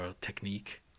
technique